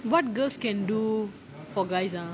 what girls can do for guys ah